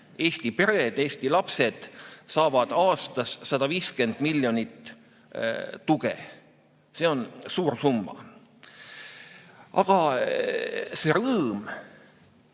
Eesti pered, Eesti lapsed saavad aastas 150 miljonit tuge. See on suur summa. Aga see rõõm